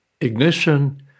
ignition